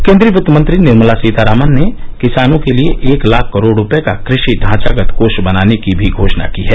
केन्द्रीय वित्तमंत्री निर्मला सीतारामन ने किसानों के लिए एक लाख करोड़ रुपये का कृषि ढांचागत कोष बनाने की भी घोषणा की है